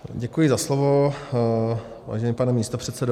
Děkuji za slovo, vážený pane místopředsedo.